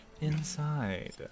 inside